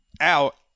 out